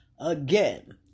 Again